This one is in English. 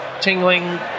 tingling